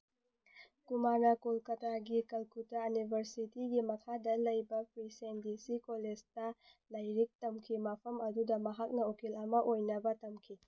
ꯀꯨꯃꯥꯔꯅ ꯀꯣꯜꯀꯇꯥꯒꯤ ꯀꯜꯀꯨꯇꯥ ꯌꯨꯅꯤꯚꯔꯁꯤꯇꯤꯒꯤ ꯃꯈꯥꯗ ꯂꯩꯕ ꯄ꯭ꯔꯤꯁꯤꯗꯦꯟꯁꯤ ꯀꯣꯂꯦꯖꯇ ꯂꯥꯏꯔꯤꯛ ꯇꯝꯈꯤ ꯃꯐꯝ ꯑꯗꯨꯗ ꯃꯍꯥꯛꯅ ꯎꯀꯤꯜ ꯑꯃ ꯑꯣꯏꯅꯕ ꯇꯝꯈꯤ